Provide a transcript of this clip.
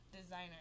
designer